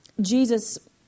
Jesus